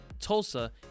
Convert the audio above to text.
Tulsa